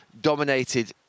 dominated